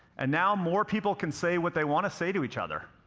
and now more people can say what they wanna say to each other.